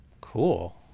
Cool